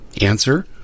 Answer